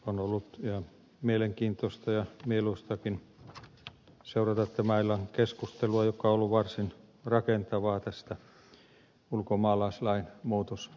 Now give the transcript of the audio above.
on ollut ihan mielenkiintoista ja mieluistakin seurata tämän illan keskustelua joka on ollut varsin rakentavaa tästä ulkomaalaislain muutosesityksestä